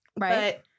Right